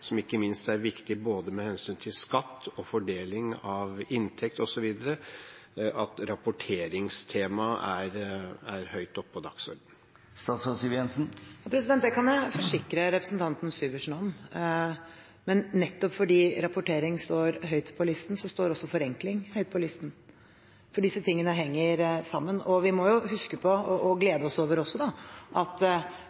som ikke minst er viktig både med hensyn til skatt og fordeling av inntekt osv., høyt oppe på dagsordenen. Det kan jeg forsikre representanten Syversen om. Men nettopp fordi rapportering står høyt på listen, står også forenkling høyt på listen, for disse tingene henger sammen. Vi må huske på